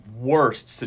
worst